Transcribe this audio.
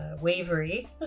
wavery